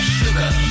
sugar